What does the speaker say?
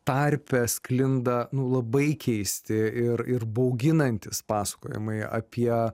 tarpe sklinda nu labai keisti ir ir bauginantys pasakojimai apie